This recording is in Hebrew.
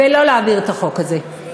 ולא להעביר את החוק הזה.